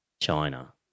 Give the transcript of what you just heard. China